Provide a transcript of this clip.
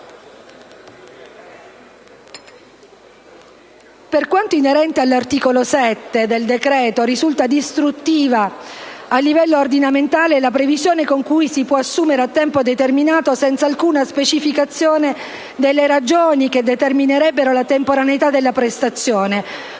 Per quanto inerente all'articolo 7 del decreto, risulta distruttiva, a livello ordinamentale, la previsione con cui si può assumere a tempo determinato senza alcuna specificazione delle ragioni che determinerebbero la temporaneità della prestazione,